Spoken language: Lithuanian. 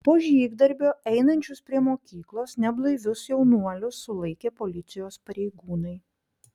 po žygdarbio einančius prie mokyklos neblaivius jaunuolius sulaikė policijos pareigūnai